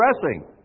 addressing